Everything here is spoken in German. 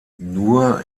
nur